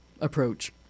approach